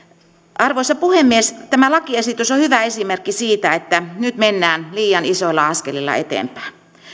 arvoisa puhemies tämä lakiesitys on hyvä esimerkki siitä että nyt mennään liian isoilla askelilla eteenpäin